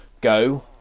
go